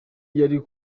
yari